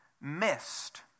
missed